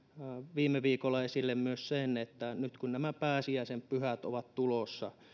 viime viikolla esille myös sen että nyt kun nämä pääsiäisen pyhät on tulossa